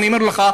אני אומר לך,